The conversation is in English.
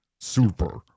Super